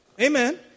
Amen